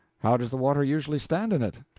how does the water usually stand in it?